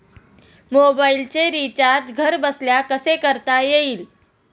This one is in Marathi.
मोबाइलचे रिचार्ज घरबसल्या कसे करता येईल?